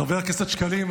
חבר הכנסת שקלים,